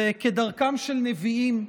וכדרכם של נביאים,